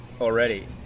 already